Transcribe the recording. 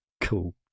cool